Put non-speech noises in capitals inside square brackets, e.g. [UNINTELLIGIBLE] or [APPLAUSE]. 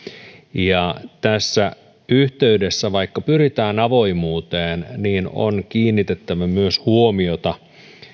tässä yhteydessä vaikka pyritään avoimuuteen [UNINTELLIGIBLE] on kiinnitettävä myös huomiota siihen